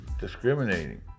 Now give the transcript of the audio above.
discriminating